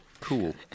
Cool